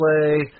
Play